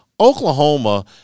Oklahoma